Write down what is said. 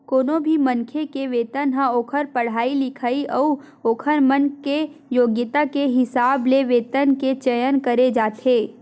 कोनो भी मनखे के वेतन ह ओखर पड़हाई लिखई अउ ओखर मन के योग्यता के हिसाब ले वेतन के चयन करे जाथे